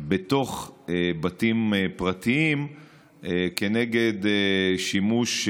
בתוך בתים פרטיים כנגד שימוש,